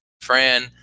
fran